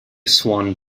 swan